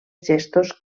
gestos